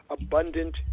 abundant